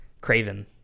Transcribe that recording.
craven